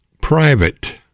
private